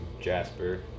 jasper